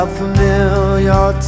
familiar